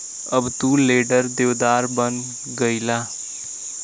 अब तू लेंडर देवेदार बन गईला